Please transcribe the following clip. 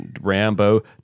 Rambo